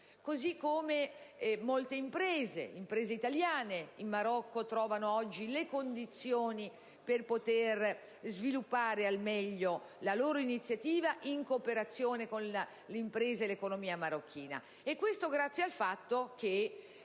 italiana. Molte imprese italiane in Marocco trovano oggi le condizioni per poter sviluppare al meglio la loro iniziativa in cooperazione con le imprese e l'economia marocchina, e questo grazie al fatto che